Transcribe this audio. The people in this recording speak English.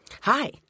Hi